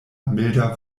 milda